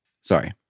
Sorry